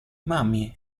mami